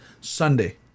Sunday